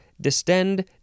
distend